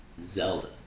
Zelda